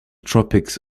tropics